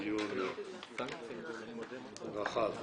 לדיון רחב.